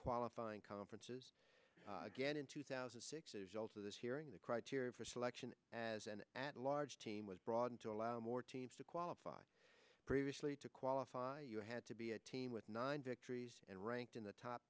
qualifying conferences again in two thousand and six adults of this hearing the criteria for selection as an at large team was brought in to allow more teams to qualify previously to qualify you had to be a team with nine victories and ranked in the top